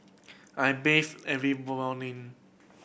I bathe every morning